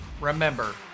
remember